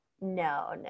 No